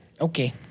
Okay